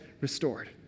restored